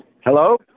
Hello